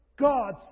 God